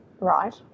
Right